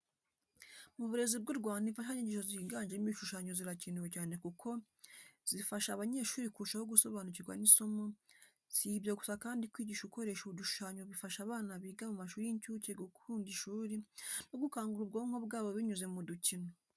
Mu burezi bw'u Rwanda imfashanyigisho ziganjemo ibishushanyo zirakenewe cyane kuko kuko zifasha abanyeshuri kurushaho gusobanukirwa n'isomo, si ibyo gusa kandi kwigisha ukoresha udushushanyo bifasha abana biga mu mashuri y'inshuke gukunda ishuri no gukangura ubwonko bwabo binyuze mu dukino.